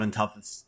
toughest